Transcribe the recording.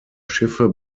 schiffe